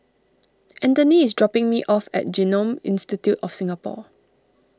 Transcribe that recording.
Anthony is dropping me off at Genome Institute of Singapore